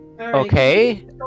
Okay